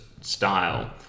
style